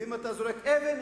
ואם אתה זורק אבן,